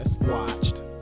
watched